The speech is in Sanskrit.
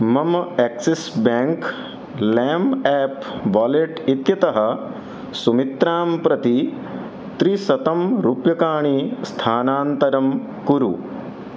मम Axis bank Lime app wallet इत्यतः सुमित्रां प्रति त्रिशतं रूप्यकाणि स्थानान्तरं कुरु